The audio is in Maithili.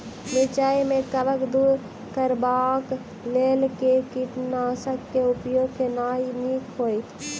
मिरचाई सँ कवक दूर करबाक लेल केँ कीटनासक केँ उपयोग केनाइ नीक होइत?